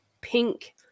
pink